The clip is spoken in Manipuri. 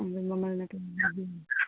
ꯑꯗꯨ ꯃꯃꯜꯅ ꯀꯌꯥ ꯑꯣꯏꯗꯣꯏꯅꯣ